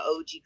OG